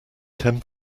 ten